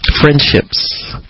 Friendships